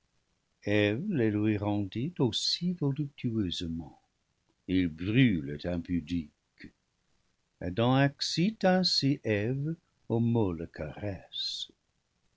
lui rendit aussi voluptueusement ils brûlent impudiques adam excite ainsi eve aux molles caresses